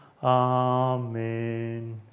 Amen